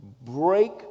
break